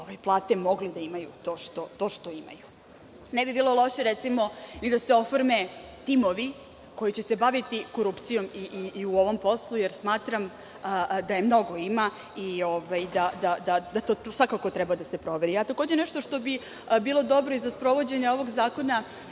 plate mogli da imaju to što imaju. Ne bi bilo loše, recimo, da se oforme timovi koji će se baviti korupcijom i u ovom poslu, jer smatram da je mnogo ima i da to svakako treba da se proveri. Takođe nešto što bi bilo dobro i za sprovođenje ovog zakona,